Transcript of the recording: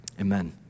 amen